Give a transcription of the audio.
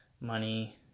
money